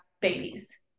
babies